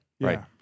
right